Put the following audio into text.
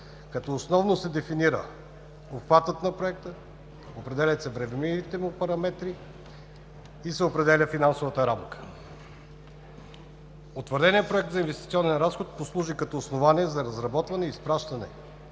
като основно се дефинира обхвата на Проекта, определят се времевите му параметри и се определя финансовата рамка. Утвърденият Проект за инвестиционен разход послужи като основание за разработване и изпращане